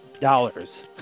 dollars